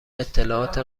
اطلاعات